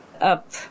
up